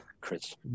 Chris